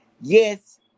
yes